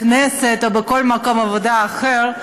בכנסת או בכל מקום עבודה אחר,